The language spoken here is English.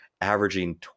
averaging